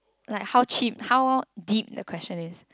like how cheap how deep the question is